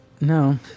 No